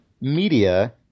Media